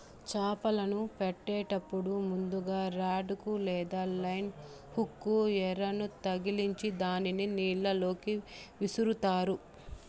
చాపలను పట్టేటప్పుడు ముందుగ రాడ్ కు లేదా లైన్ హుక్ కు ఎరను తగిలిచ్చి దానిని నీళ్ళ లోకి విసురుతారు